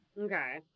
Okay